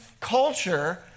culture